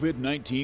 COVID-19